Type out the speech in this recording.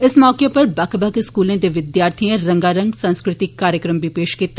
इस मौके पर बक्ख बक्ख स्कूलें दे विद्यार्थियें रंगारंग सांस्कृतिक कार्यक्रम बी पेश कीते